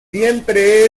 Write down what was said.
siempre